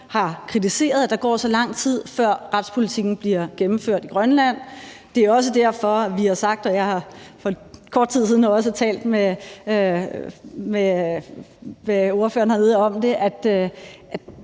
har kritiseret, at der går så lang tid, før retspolitikken bliver gennemført i Grønland. Det er også derfor, vi har sagt, og jeg har for kort tid siden også talt med ordføreren hernede om det,